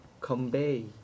convey